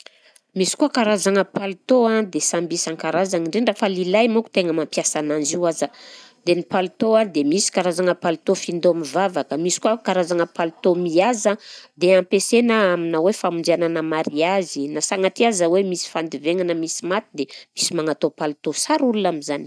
Misy koa karazagna palitao a dia samby isan-karazagny, indrindra fa lilahy manko tena mampiasa ananjy io aza, dia ny palitao a dia misy karazagna palitao findao mivavaka, misy koa karazagna palitao mihaza dia ampiasaina amini hoe famonjianana mariazy na sagnatria aza hoe misy fandivegnana misy maty, dia misy magnatao palitao sara olona am'zany.